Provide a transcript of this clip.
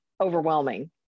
overwhelming